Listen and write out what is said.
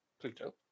Pluto